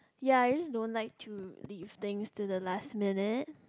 ya you just don't like to leave things to the last minute